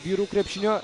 vyrų krepšinio